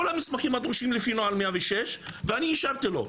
המסמכים הדרושים לפי נוהל 106 ואני אישרתי לו.